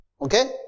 Okay